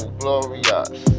glorious